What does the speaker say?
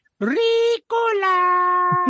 Ricola